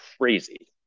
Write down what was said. crazy